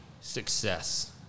success